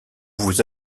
vous